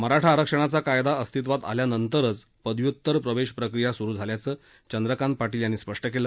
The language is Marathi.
मराठा आरक्षणाचा कायदा अस्तित्वात आल्यानंतरच पदव्युत्तर प्रवेश प्रक्रिया सुरू झाल्याचं चंद्रकांत पाटील यांनी स्पष्ट केलं